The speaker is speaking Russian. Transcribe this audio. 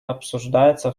обсуждается